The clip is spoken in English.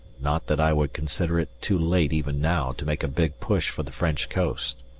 not that i would consider it too late even now to make a big push for the french coast.